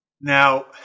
Now